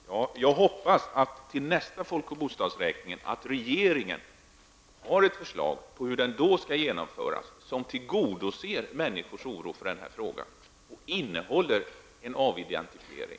Fru talman! Jag hoppas att regeringen till nästa folk och bostadsräkning har ett förslag på hur denna bör genomföras så att den elimineras människors oro för dessa frågor och att så uppgifterna sedan kan avidentifieras.